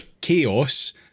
chaos